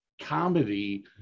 comedy